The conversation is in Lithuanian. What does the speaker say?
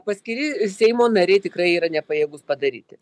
paskiri seimo nariai tikrai yra nepajėgūs padaryti